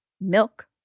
milk